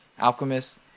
alchemist